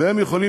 והם יכולים